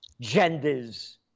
genders